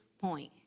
point